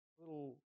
little